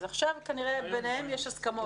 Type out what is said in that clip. אז עכשיו כנראה יש ביניהם הסכמות.